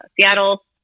Seattle